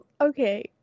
okay